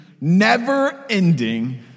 never-ending